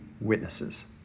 witnesses